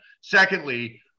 Secondly